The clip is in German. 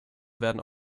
werden